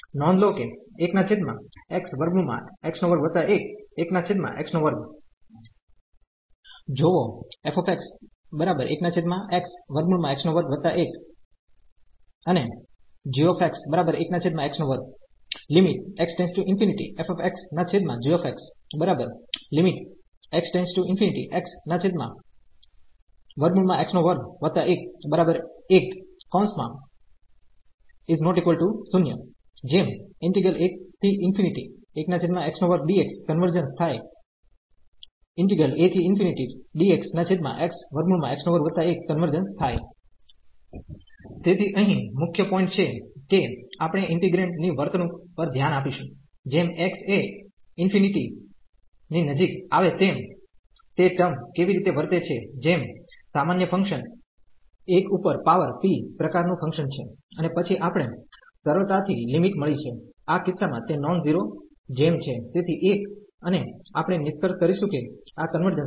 નોંધ લો કે જોવો જેમ કન્વર્જન્સ થાય કન્વર્જન્સ થાય તેથી અહિં મુખ્ય પોઈન્ટ છે કે આપણે ઈન્ટિગ્રેન્ડ ની વર્તણુક પર ધ્યાન આપીશું જેમ x એ ઇન્ફિનિટી ની નજીક આવે તેમ તે ટર્મ કેવી રીતે વર્તે છે જેમ સામાન્ય ફંકશન 1 ઉપર પાવર p પ્રકાર નું ફંકશન છે અને પછી આપણે સરળતા થી લિમિટ મળી છે આ કિસ્સા માં તે નોન ઝીરો જેમ છેતેથી 1 અને આપણે નિષ્કર્ષ કરીશું કે આ કન્વર્જન્સ છે